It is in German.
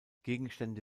gegenstände